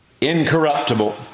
Incorruptible